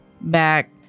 back